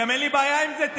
אין לי בעיה עם זה,